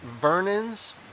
vernon's